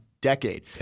decade